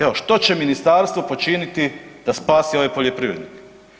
Evo što će ministarstvo počiniti da spasi ove poljoprivrednike?